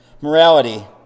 Morality